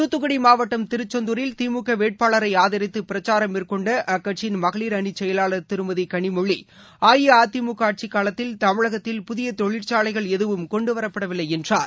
துத்துக்குடிமாவட்டம் திருச்செந்தூரில் திமுகவேட்பாளரைஆதரித்துபிரச்சாரம் மேற்கொண்ட அக்கட்சியின் மகளிர் அனிசெயலாளர் திருமதிகளிமொழி அஇஅதிமுகஆட்சிக் காலத்தில் தமிழகத்தில் புதியதொழிற்சாலைகள் எதுவும் கொண்டுவரப்படவில்லைஎன்றார்